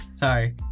Sorry